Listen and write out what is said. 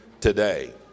today